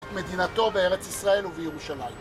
מדינתו בארץ ישראל ובירושלים